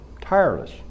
Tireless